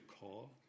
call